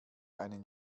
einen